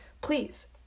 Please